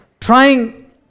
trying